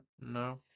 no